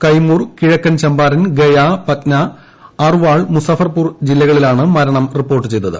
കൈമൂർ കിഴക്കൻ ചമ്പാരൻ ഗയ പറ്റ്ന അർവാൾ മുസാഫർപൂർ ജില്ലകളിലാണ് മരണം റിപ്പോർട്ട് ചെയ്തത്